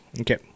Okay